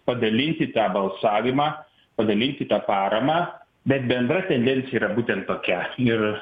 padalinti tą balsavimą padalinti tą paramą bet bendra tendencija yra būtent tokia ir